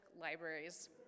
libraries